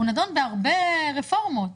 הוא נדון בהרבה רפורמות.